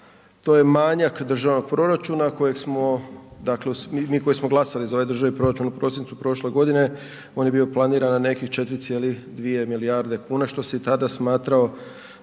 to je manjak državnog proračuna kojeg smo dakle mi koji smo glasali za ovaj državni proračun u prosincu prošle godine, on je bio planiran na nekih 4,2 milijarde kuna što se i tada smatrao